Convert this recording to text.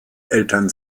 eltern